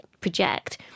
project